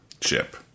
ship